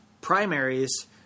primaries